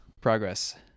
Progress